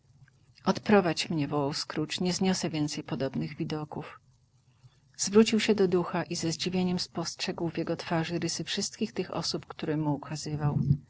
odprowadź mnie wołał scrooge nie zniosę więcej podobnych widoków zwrócił się do ducha i ze zdziwieniem spostrzegł w jego twarzy rysy wszystkich tych osób które mu ukazywał